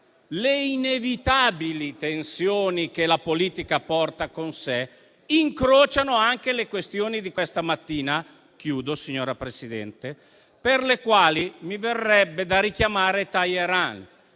le inevitabili tensioni che la politica porta con sé incrociano anche le questioni di questa mattina - chiudo, signora Presidente - per le quali mi verrebbe da richiamare Talleyrand,